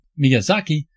Miyazaki